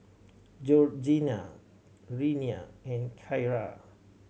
Georgiana Renea and Kyra